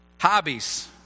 Hobbies